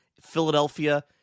philadelphia